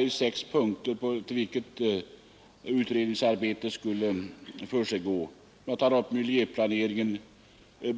I sex punkter anger man grunden för utredningsarbetet: 1. Miljöplaneringen. 2.